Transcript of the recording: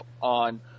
On